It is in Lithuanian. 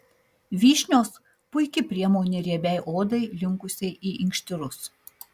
vyšnios puiki priemonė riebiai odai linkusiai į inkštirus